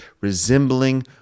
resembling